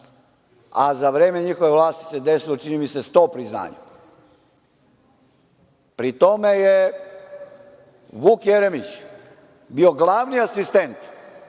a za vreme njihove vlasti se desilo, čini mi se, sto priznanja. Pri tome je Vuk Jeremić bio glavni asistent,